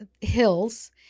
hills